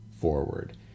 forward